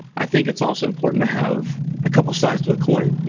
i think it's also important to have a couple size to a coin.